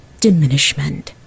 diminishment